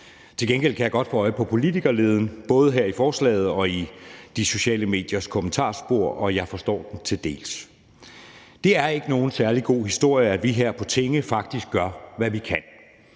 Til gengæld kan jeg godt få øje på politikerleden, både her i forslaget og i de sociale mediers kommentarspor, og jeg forstår det til dels. Det er ikke nogen særlig god historie, at vi her på tinge faktisk gør, hvad vi kan.